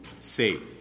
safe